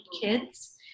kids